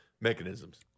Mechanisms